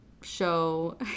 show